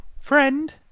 Friend